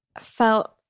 felt